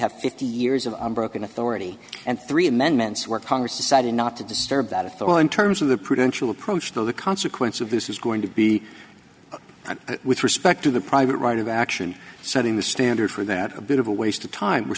have fifty years of broken authority and three amendments where congress decided not to disturb that of thought in terms of the prudential approach to the consequence of this is going to be with respect to the private right of action setting the standard for that a bit of a waste of time we're